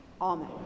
Amen